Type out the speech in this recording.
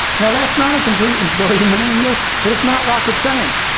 now that's not a complete employee manual, but it's not rocket science.